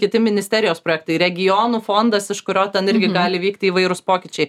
kiti ministerijos projektai regionų fondas iš kurio ten irgi gali vykti įvairūs pokyčiai